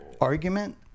argument